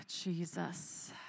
Jesus